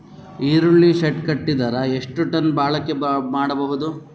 ಈರುಳ್ಳಿ ಶೆಡ್ ಕಟ್ಟಿದರ ಎಷ್ಟು ಟನ್ ಬಾಳಿಕೆ ಮಾಡಬಹುದು?